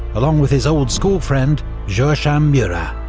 along with his old schoolfriend joachim murat.